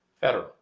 federal